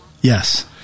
Yes